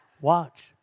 Watch